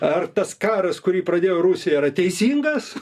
ar tas karas kurį pradėjo rusija yra teisingas